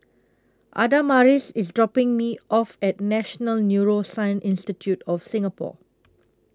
Adamaris IS dropping Me off At National Neuroscience Institute of Singapore